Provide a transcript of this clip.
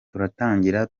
turatangira